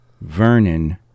Vernon